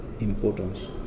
importance